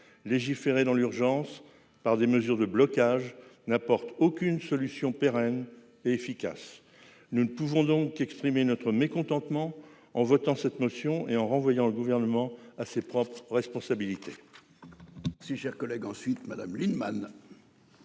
Légiférer dans l'urgence, par des mesures de blocage, n'apporte aucune solution pérenne et efficace. Nous ne pouvons donc qu'exprimer notre mécontentement en votant cette motion et en renvoyant le Gouvernement à ses responsabilités. La parole est à Mme Marie-Noëlle Lienemann,